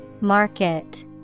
Market